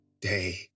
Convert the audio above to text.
day